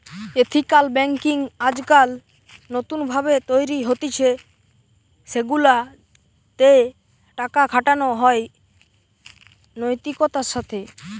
ethical banking আজকাল নতুন ভাবে তৈরী হতিছে সেগুলা তে টাকা খাটানো হয় নৈতিকতার সাথে